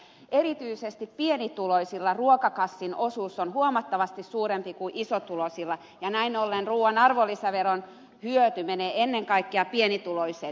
erityisesti pienituloisilla ruokakassin osuus on huomattavasti suurempi kuin isotuloisilla ja näin ollen ruuan arvonlisäveron hyöty menee ennen kaikkea pienituloisille